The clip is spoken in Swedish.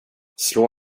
slå